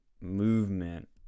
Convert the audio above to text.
movement